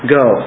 go